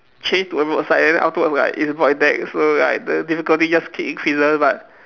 change to a road side then afterwards like it's void deck so like the difficulty just keep increases but